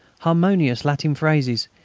harmonious latin phrases,